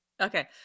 Okay